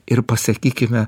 ir pasakykime